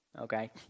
okay